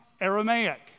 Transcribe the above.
Aramaic